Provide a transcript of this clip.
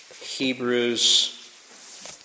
Hebrews